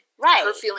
Right